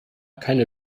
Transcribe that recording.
keine